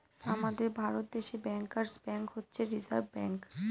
আমাদের ভারত দেশে bankers bank হচ্ছে রিসার্ভ ব্যাঙ্ক